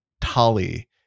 Tali